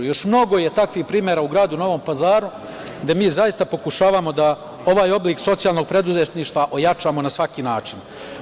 Još mnogo je takvih primera u Novom Pazaru, gde mi zaista pokušavamo da ovaj oblik socijalnog preduzetništva ojačamo na svaki način.